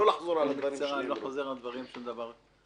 לא לחזור על דברים שנאמרו.